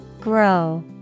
Grow